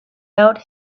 out